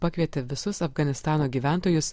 pakvietė visus afganistano gyventojus